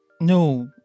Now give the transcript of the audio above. No